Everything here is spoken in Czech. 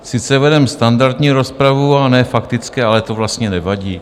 Sice vedeme standardní rozpravu a ne faktické, ale to vlastně nevadí.